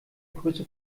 grüße